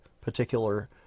particular